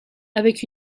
avec